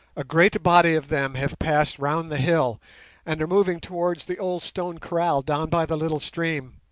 a great body of them have passed round the hill and are moving towards the old stone kraal down by the little stream.